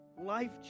life